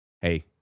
Hey